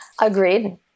Agreed